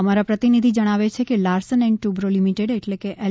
અમારા પ્રતિનિધિ જણાવે છે કે લાર્સન એન્ડ ટુબ્રો લિમિટેડ એટ્લે કે એલ